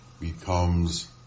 becomes